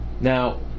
Now